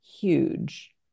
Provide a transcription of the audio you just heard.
huge